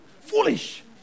foolish